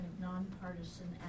nonpartisan